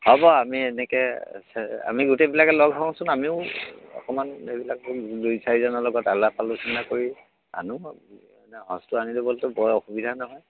হ'ব আমি এনেকৈ চে আমি গোটেইবিলাকে লগ হওচোন আমিও অকণমান এইবিলাক দুই চাৰিজনৰ লগত আলাপ আলোচনা কৰি আনো আৰু মানে সঁচটো আনি ল'বলৈতো বৰ অসুবিধা নহয়